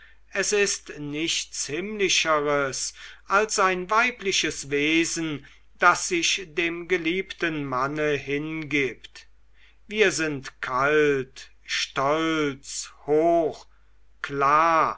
es ist nichts himmlischeres als ein weibliches wesen das sich dem geliebten manne hingibt wir sind kalt stolz hoch klar